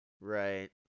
right